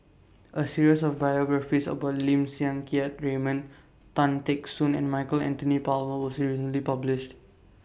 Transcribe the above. A series of biographies about Lim Siang Keat Raymond Tan Teck Soon and Michael Anthony Palmer was recently published